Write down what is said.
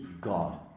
God